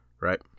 right